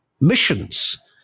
missions